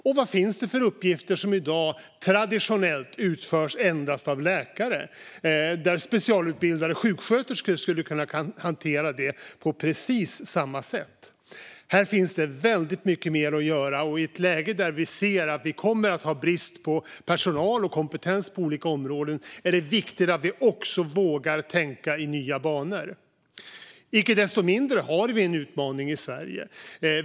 Och vad finns det för uppgifter som i dag traditionellt utförs endast av läkare som specialutbildade sjuksköterskor skulle kunna hantera på precis samma sätt? Här finns det väldigt mycket mer att göra. I ett läge där vi ser att vi kommer att ha brist på personal och kompetens på olika områden är det viktigt att vi också vågar tänka i nya banor. Icke desto mindre har vi en utmaning i Sverige.